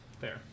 Fair